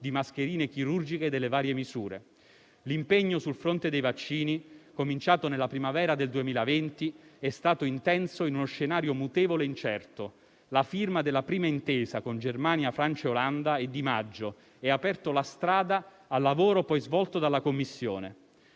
di mascherine chirurgiche delle varie misure. L'impegno sul fronte dei vaccini, cominciato nella primavera del 2020, è stato intenso in uno scenario mutevole e incerto. La firma della prima intesa con Germania, Francia e Olanda è di maggio e ha aperto la strada al lavoro poi svolto dalla Commissione.